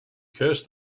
curse